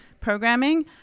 programming